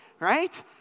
Right